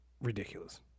ridiculous